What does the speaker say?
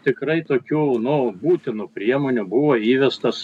tikrai tokių nu būtinų priemonių buvo įvestas